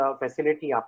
facility